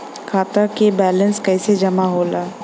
खाता के वैंलेस कइसे जमा होला?